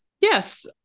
Yes